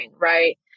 Right